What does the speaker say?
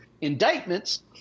indictments